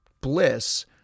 bliss